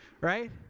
right